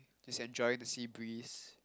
just enjoying the sea breeze